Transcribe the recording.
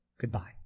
goodbye